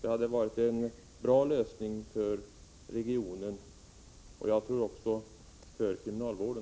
Det skulle ha varit en bra lösning för regionen och förmodligen också för kriminalvården.